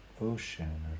ocean